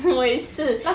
我也是